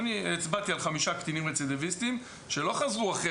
ואני הצבעתי על חמישה קטינים רצידיביסטים שלא חזרו אחרי